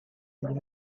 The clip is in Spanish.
ellas